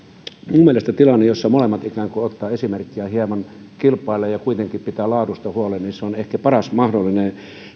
minun mielestäni tilanne jossa molemmat ikään kuin ottavat esimerkkiä hieman kilpailevat ja kuitenkin pitävät laadusta huolen on ehkä paras mahdollinen